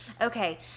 Okay